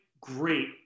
great